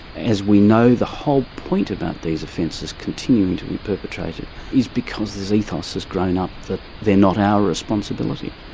as we know, the whole point about these offences continuing to be perpetrated is because this ethos has grown up that they're not our responsibility.